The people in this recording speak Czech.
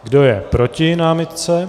Kdo je proti námitce?